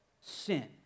sin